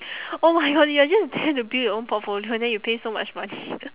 oh my god you are just there to build your own portfolio then you pay so much money